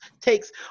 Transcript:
takes